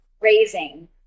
raising